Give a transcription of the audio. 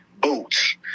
Boots